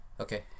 okay